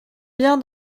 bien